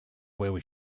where